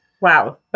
Wow